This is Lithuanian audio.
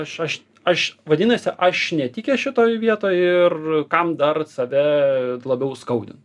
aš aš aš vadinasi aš netikęs šitoj vietoj ir kam dar save labiau skaudint